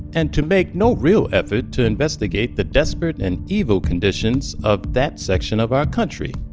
and to make no real effort to investigate the desperate and evil conditions of that section of our country.